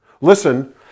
Listen